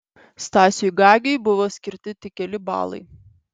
stasiui gagiui buvo skirti tik keli balai